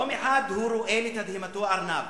יום אחד הוא רואה, לתדהמתו, ארנב.